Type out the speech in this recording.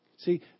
See